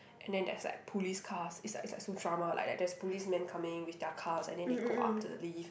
and then there's like police cars is like is like so drama like that there's policemen coming with their cars and then they go up to the lift